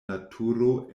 naturo